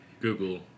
Google